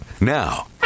Now